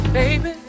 baby